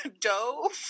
dove